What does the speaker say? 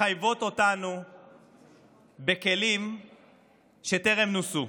מחייבת אותנו בכלים שטרם נוסו.